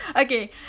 Okay